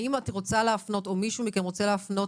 האם מישהו מכם רצה להפנות